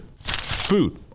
food